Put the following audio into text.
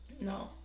no